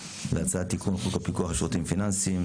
להצעת תיקון חוק הפיקוח על שירותים פיננסיים.